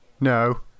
No